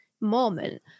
moment